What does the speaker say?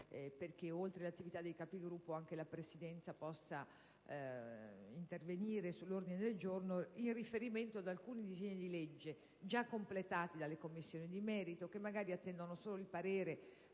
perché oltre all'attività dei Capigruppo anche la Presidenza possa intervenire sull'ordine del giorno in riferimento ad alcuni disegni di legge dei quali le Commissioni di merito hanno già completato l'esame e